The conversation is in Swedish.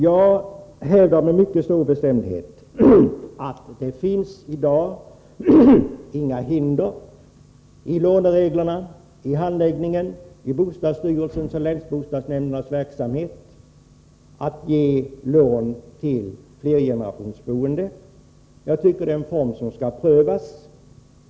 Jag hävdar med mycket stor bestämdhet att det i dag inte finns några hinder i lånereglerna, i handläggningen eller i bostadsstyrelsens och länsbostadsnämndernas verksamhet för att ge lån till flergenerationsboende. Jag tycker att det är en boendeform som skall prövas.